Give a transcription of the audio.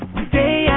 Today